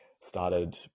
started